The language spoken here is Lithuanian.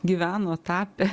gyven o tapė